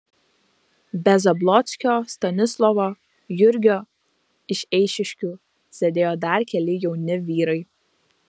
be zablockio stanislovo jurgio iš eišiškių sėdėjo dar keli jauni vyrai